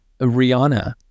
Rihanna